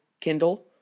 Kindle